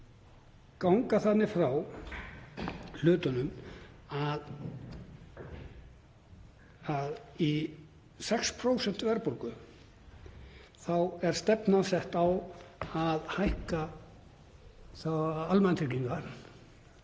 ganga þannig frá hlutunum að í 6% verðbólgu sé stefnan sett á að hækka almannatryggingar